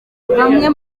bamwe